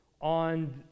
on